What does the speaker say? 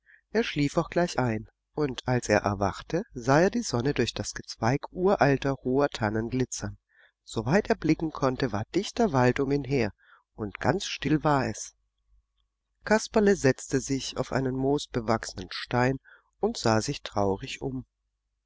er schlief auch gleich ein und als er erwachte sah er die sonne durch das gezweig uralter hoher tannen glitzern soweit er blicken konnte war dichter wald um ihn her und ganz still war es kasperle setzte sich auf einen moosbewachsenen stein und sah sich traurig um